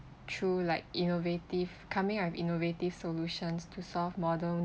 through like innovative coming up with innovative solutions to solve modern